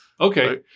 Okay